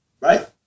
Right